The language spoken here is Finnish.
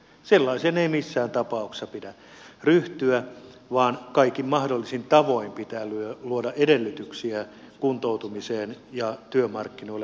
sellaiseen ei missään tapauksessa pidä ryhtyä vaan kaikin mahdollisin tavoin pitää luoda edellytyksiä kuntoutumiseen ja työmarkkinoille ohjaamiseen